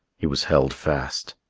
he was held fast,